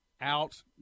out